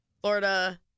Florida